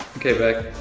okay bec,